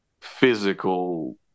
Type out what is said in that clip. physical